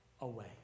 away